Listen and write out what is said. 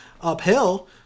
uphill